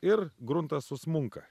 ir gruntas susmunka